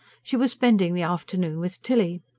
she was spending the afternoon with tilly.